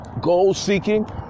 goal-seeking